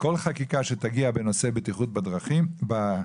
כל חקיקה שתגיע בנושא בטיחות בעבודה,